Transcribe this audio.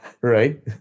Right